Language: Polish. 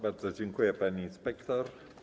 Bardzo dziękuję, pani inspektor.